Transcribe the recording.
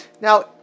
Now